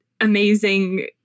amazing